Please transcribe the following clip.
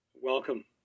Welcome